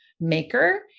maker